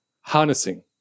harnessing